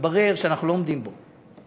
והתברר שאנחנו לא עומדים בו.